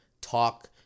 talk